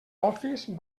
office